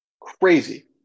Crazy